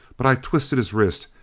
but i twisted his wrist,